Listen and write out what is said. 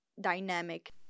dynamic